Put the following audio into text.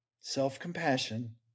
self-compassion